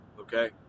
okay